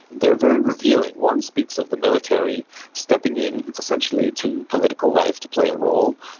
they are very revealing. one speaks of the military stepping in essentially to political life to play a role,